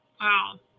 Wow